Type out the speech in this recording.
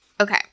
Okay